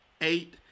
eight